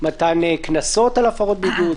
מתן קנסות על הפרות בידוד?